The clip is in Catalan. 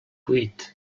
huit